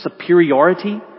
superiority